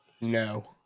No